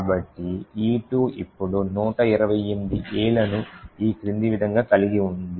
కాబట్టి E2 ఇప్పుడు 128 Aలను ఈ క్రింది విధంగా కలిగి ఉంది